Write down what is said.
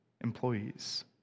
employees